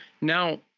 now